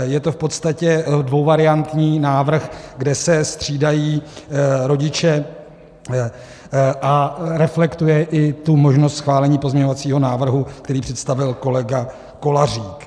Je to v podstatně dvouvariantní návrh, kde se střídají rodiče, a reflektuje i tu možnost schválení pozměňovacího návrhu, který představil kolega Kolářík.